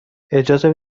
اجازه